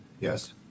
yes